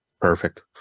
Perfect